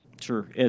Sure